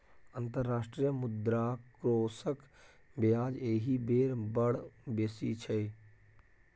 अंतर्राष्ट्रीय मुद्रा कोषक ब्याज एहि बेर बड़ बेसी छै